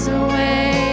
away